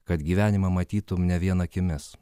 kad gyvenimą matytum ne vien akimis